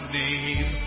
name